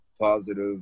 positive